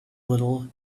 little